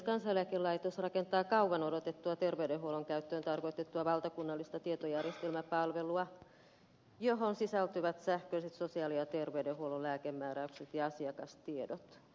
kansaneläkelaitos rakentaa kauan odotettua terveydenhuollon käyttöön tarkoitettua valtakunnallista tietojärjestelmäpalvelua johon sisältyvät sähköiset sosiaali ja terveydenhuollon lääkemääräykset ja asiakastiedot